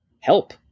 help